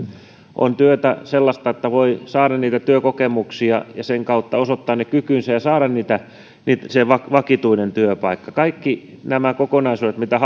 on sellaista työtä että voi saada työkokemuksia ja sen kautta osoittaa ne kykynsä ja saada se vakituinen työpaikka kaikki nämä kokonaisuudet mitä